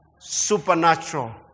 supernatural